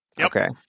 okay